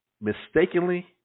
mistakenly